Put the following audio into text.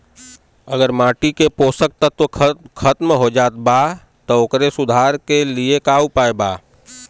अगर माटी के पोषक तत्व खत्म हो जात बा त ओकरे सुधार के लिए का उपाय बा?